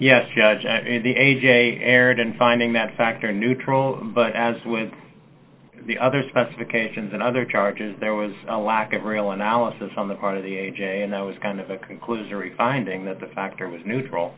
yes judge and the a j erred in finding that factor neutral but as with the other specifications and other charges there was a lack of real analysis on the part of the a j and that was kind of a conclusory finding that the factor was neutral